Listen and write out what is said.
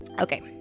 Okay